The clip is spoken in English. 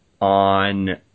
on